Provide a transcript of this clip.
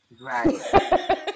Right